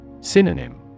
Synonym